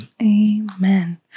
Amen